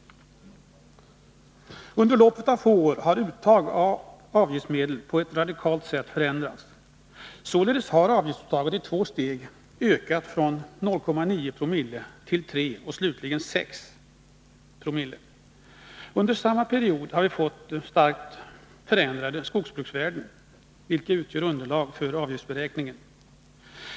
Under loppet av få år har uttaget av avgiftsmedlen på ett radikalt sätt förändrats. Således har avgiftsuttaget i två steg ökat från 0,9 Zoo till 3 och slutligen 6 Zoo. Under samma period har vi fått starkt förändrade skogsbruksvärden, vilka utgör underlag för avgiftsberäkningen.